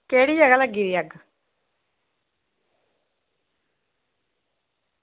केह्ड़ी जगह लग्गी दी अग्ग